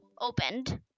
opened